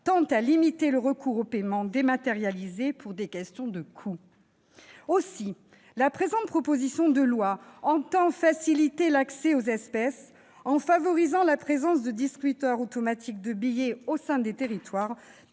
tend à limiter le recours aux paiements dématérialisés pour des questions de coût. Aussi, la présente proposition de loi tend à faciliter l'accès aux espèces, en favorisant la présence de distributeurs automatiques de billets au sein des territoires,